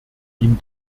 ihn